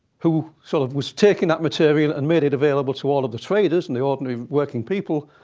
who sort of was taking that material and made it available to all of the traders and the ordinary working people,